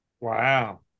Wow